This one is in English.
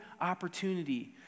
opportunity